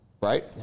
Right